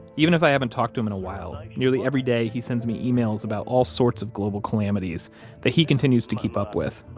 even if i haven't talked to him in a while, nearly every day he sends me emails about all sorts of global calamities that he continues to keep up with,